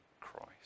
christ